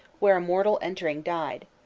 where a mortal entering died.